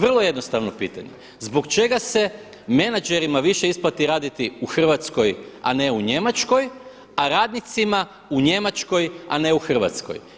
Vrlo jednostavno pitanje, zbog čega se menadžerima više isplati raditi u Hrvatskoj a ne u Njemačkoj a radnicima u Njemačkoj a ne u Hrvatskoj?